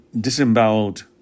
disemboweled